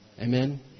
Amen